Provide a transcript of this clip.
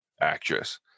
actress